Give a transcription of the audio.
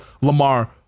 Lamar